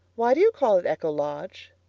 why do you call it echo lodge?